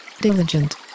Diligent